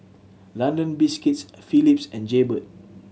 London Biscuits Phillips and Jaybird